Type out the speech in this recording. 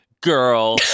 girl